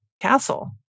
castle